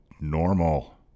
normal